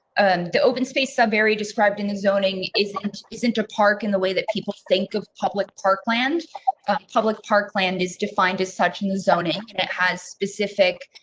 and the open space. so very described in the zoning isn't isn't a park in the way that people think of public parkland public parkland is defined as such and the zoning. it has specific